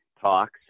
talks